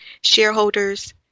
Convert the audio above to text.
shareholders